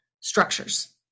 structures